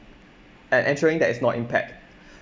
and ensuring there is no impact